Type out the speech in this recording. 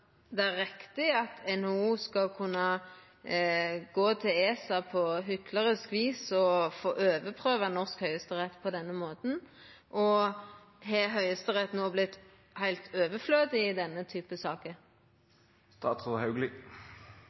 det er riktig at NHO på hyklersk vis skal kunna gå til ESA og overprøva norsk høgsterett på denne måten? Har Høgsterett no vorte heilt overflødig i denne typen saker?